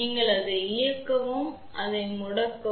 நீங்கள் அதை இயக்கவும் அல்லது அதை முடக்கவும்